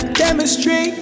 chemistry